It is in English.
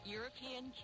European